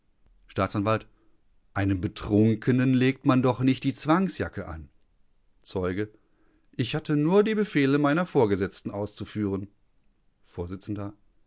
staatsanw einem betrunkenen legt man doch nicht die zwangsjacke an zeuge ich hatte nur die befehle meiner vorgesetzten auszuführen